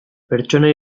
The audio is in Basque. pertsona